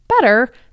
Better